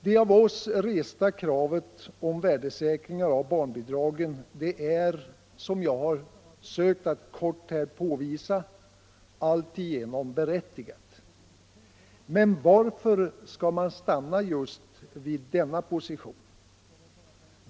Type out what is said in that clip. Det av oss resta kravet om värdesäkring av barnbidragen är — som jag här mycket kort har försökt att påvisa — alltigenom berättigat. Men varför skall man stanna vid denna position?